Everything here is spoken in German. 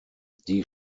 die